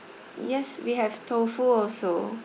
yes we have tofu also